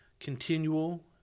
continual